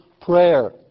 prayer